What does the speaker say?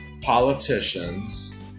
politicians